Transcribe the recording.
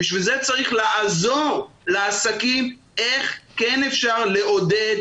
בשביל זה צריך לעזור לעסקים איך כן אפשר לעודד,